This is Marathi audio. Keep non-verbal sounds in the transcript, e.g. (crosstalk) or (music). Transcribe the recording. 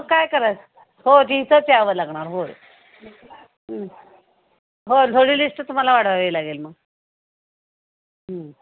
मग काय करा हो (unintelligible) यावं लागणार होय होय थोडी लिस्ट तुम्हाला वाढवावी लागेल मग